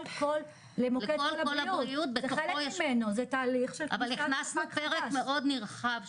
למשל בניין ברחוב שדרות ירושלים ביפו שהולך להיות בית מלון.